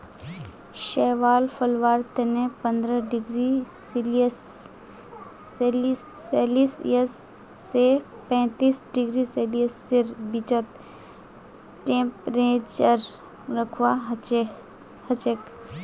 शैवाल पलवार तने पंद्रह डिग्री सेल्सियस स पैंतीस डिग्री सेल्सियसेर बीचत टेंपरेचर रखवा हछेक